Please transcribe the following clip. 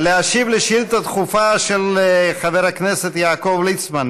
להשיב על שאילתה דחופה של חבר הכנסת יעקב ליצמן.